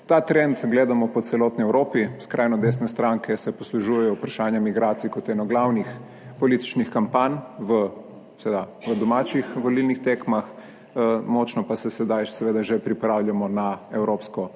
Ta trend gledamo po celotni Evropi. Skrajno desne stranke se poslužujejo vprašanja migracij kot eno glavnih političnih kampanj seveda v domačih volilnih tekmah. Močno pa se sedaj seveda že pripravljamo na evropsko